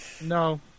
No